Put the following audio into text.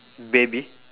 baby